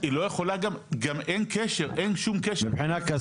גם אין שום קשר.